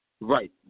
Right